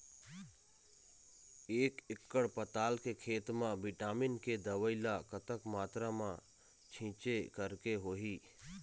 एक एकड़ पताल के खेत मा विटामिन के दवई ला कतक मात्रा मा छीचें करके होही?